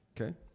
Okay